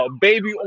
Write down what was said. baby